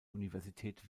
universität